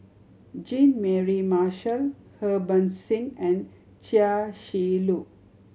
Jean Mary Marshall Harbans Singh and Chia Shi Lu